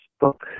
book